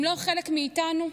הם לא חלק מאיתנו?